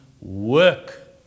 work